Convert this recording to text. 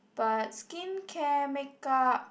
but skincare make up